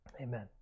Amen